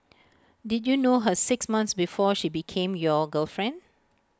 did you know her six months before she became your girlfriend